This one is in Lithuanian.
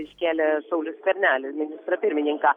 iškėlė saulių skvernelį ministrą pirmininką